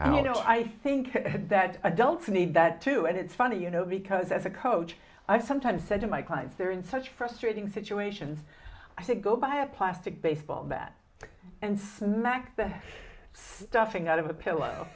i don't know i think that adults need that too and it's funny you know because as a coach i've sometimes said to my clients they're in such frustrating situations i could go buy a plastic baseball bat and smack the stuffing out of the pillow